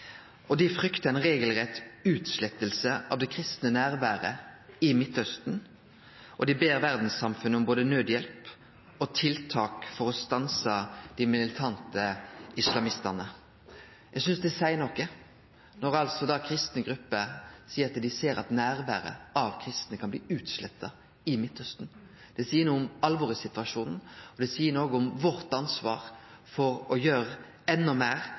Dei fryktar ei regelrett utsletting av det kristne nærveret i Midtausten, og dei ber verdssamfunnet både om nødhjelp og tiltak for å stanse dei militante islamistane. Eg synest det seier noko når kristne grupper seier at dei ser at nærveret av kristne kan bli utsletta i Midtausten. Det seier noko om alvoret i situasjonen. Det seier noko om vårt ansvar for å gjere enda meir